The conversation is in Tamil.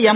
எம்